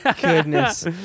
Goodness